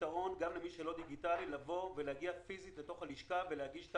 אנשים יכלו לבוא ללשכה ולהגיש את